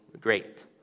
great